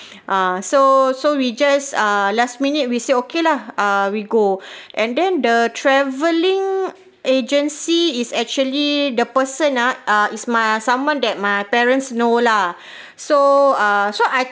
ah so so we just ah last minute we say okay lah ah we go and then the travelling agency is actually the person ah uh is my ah someone that my parents know lah so uh so I